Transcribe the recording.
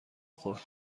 خورد